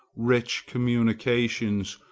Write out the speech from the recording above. rich communications,